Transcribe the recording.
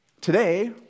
Today